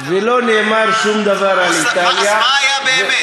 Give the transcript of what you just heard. אז מה, מה קרה?